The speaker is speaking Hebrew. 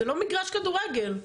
זה לא מגרש כדורגל.